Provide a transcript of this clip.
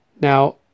Now